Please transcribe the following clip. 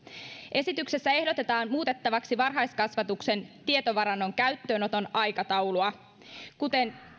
esityksessä ehdotetaan muutettavaksi varhaiskasvatuksen tietovarannon käyttöönoton aikataulua kuten